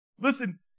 Listen